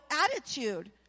attitude